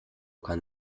kann